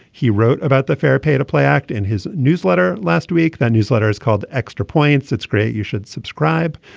he wrote about the fair pay to play act in his newsletter last week that newsletter is called extra points. that's great. you should subscribe.